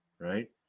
right